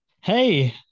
Hey